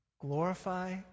glorify